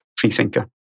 Freethinker